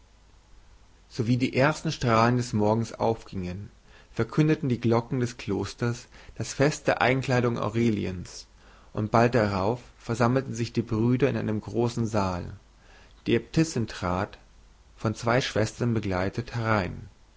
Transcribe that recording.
sowie die ersten strahlen des morgens aufgingen verkündigten die glocken des klosters das fest der einkleidung aureliens und bald darauf versammelten sich die brüder in einem großen saal die äbtissin trat von zwei schwestern begleitet herein